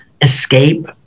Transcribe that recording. escape